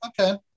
okay